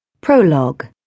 Prologue